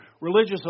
religious